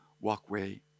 walkway